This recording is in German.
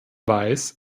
weiß